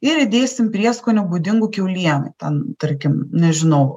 ir įdėsim prieskonių būdingų kiaulienai ten tarkim nežinau